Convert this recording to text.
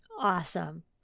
awesome